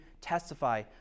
testify